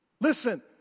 Listen